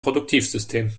produktivsystem